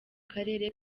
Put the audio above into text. karere